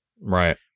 Right